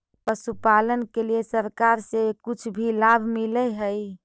पशुपालन के लिए सरकार से भी कुछ लाभ मिलै हई?